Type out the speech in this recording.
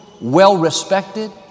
well-respected